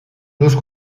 los